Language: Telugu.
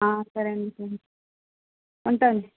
సరే అండీ ఉంటా అండీ